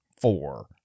four